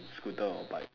scooter or bike